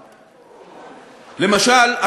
למשל,